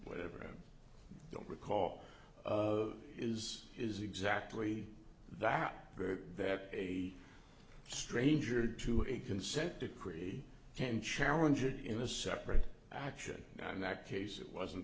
whatever don't recall is is exactly that that a stranger to it consent decree can challenge it in a separate action in that case it wasn't